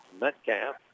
Metcalf